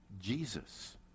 Jesus